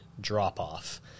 drop-off